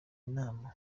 nama